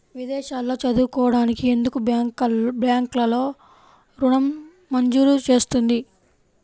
విదేశాల్లో చదువుకోవడానికి ఎందుకు బ్యాంక్లలో ఋణం మంజూరు చేస్తుంది?